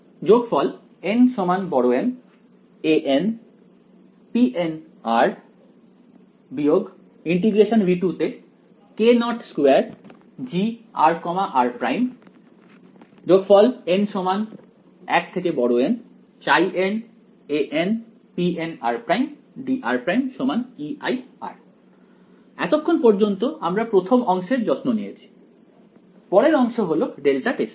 npn 02 grr' n an pnr' dr' Ei এতক্ষণ পর্যন্ত আমরা প্রথম অংশের যত্ন নিয়েছি পরের অংশ হল ডেল্টা টেস্টিং